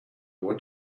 what